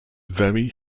very